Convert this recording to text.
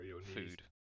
Food